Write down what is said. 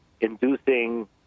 inducing